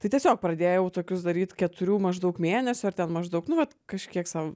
tai tiesiog pradėjau tokius daryt keturių maždaug mėnesių ar ten maždaug nu vat kažkiek sau